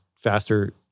Faster